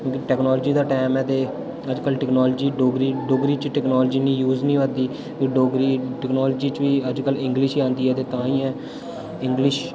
technology दा टैम ऐ ते अज्जकल टेक्नोलॉजी डोगरी डोगरी च टेक्नोलॉजी इ'न्नी यूज़ निं होआ दी डोगरी टेक्नोलॉजी च बी अज्जकल इंग्लिश ई आंदी ऐ ते ताहियें इंग्लिश